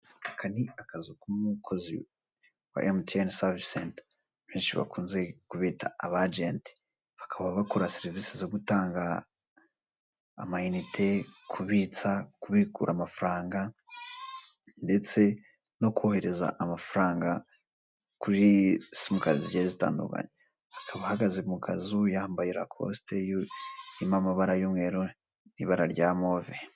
Aka ni akazu k'umukozi wa emutiyene savise senta, benshi bakunze kubita abajenti; bakaba bakora serivize zo: gutanga amayinite, kubitsa, kubikura amafaranga ndetse no kohereza amafaranga kuri simukadi zigiye zitandukanye; akaba ahagaze mu kazu, yambaye rakosite irimo amabara y'umweru, n'ibara rya move.